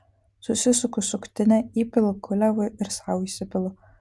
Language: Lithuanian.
susisuku suktinę įpilu kuliavui ir sau įsipilu